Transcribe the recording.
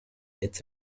its